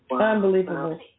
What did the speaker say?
unbelievable